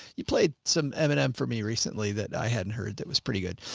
you played some m and m for me recently that i hadn't heard. that was pretty good.